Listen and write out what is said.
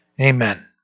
Amen